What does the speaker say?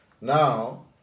Now